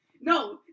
No